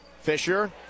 Fisher